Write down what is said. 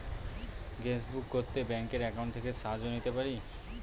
Gas book করতে ব্যাংকের account থেকে সাহায্য নিতে পারি?